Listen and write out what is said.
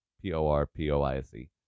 P-O-R-P-O-I-S-E